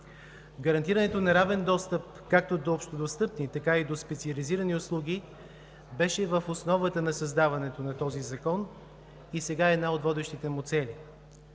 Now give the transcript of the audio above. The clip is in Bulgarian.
Гарантирането на равен достъп както до общодостъпни, така и до специализирани услуги, беше в основата на създаването на този закон и сега е една от водещите му цели.